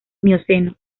mioceno